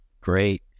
great